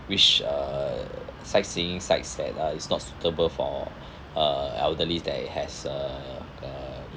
which uh sightseeing sites that uh is not suitable for uh elderly that it has uh uh